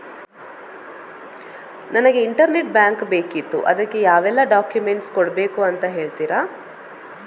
ನನಗೆ internet bank ಬೇಕಿತ್ತು ಅದಕ್ಕೆ ಯಾವೆಲ್ಲಾ ಡಾಕ್ಯುಮೆಂಟ್ಸ್ ಕೊಡ್ಬೇಕು ಅಂತ ಹೇಳ್ತಿರಾ?